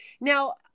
now